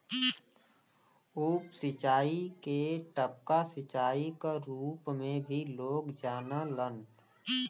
उप सिंचाई के टपका सिंचाई क रूप में भी लोग जानलन